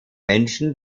menschen